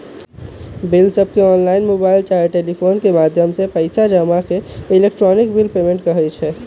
बिलसबके online, mobile चाहे telephone के माध्यम से पइसा जमा के इलेक्ट्रॉनिक बिल पेमेंट कहई छै